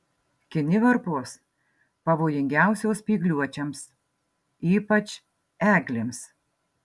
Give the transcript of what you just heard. kinivarpos pavojingiausios spygliuočiams ypač eglėms